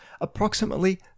approximately